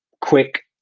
quick